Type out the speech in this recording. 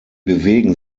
bewegen